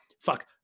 fuck